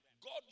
God